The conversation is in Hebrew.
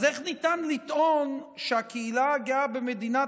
אז איך ניתן לטעון שהקהילה הגאה במדינת